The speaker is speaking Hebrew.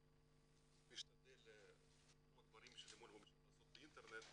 אני משתדל את רוב הדברים שאפשר לעשות באינטרנט,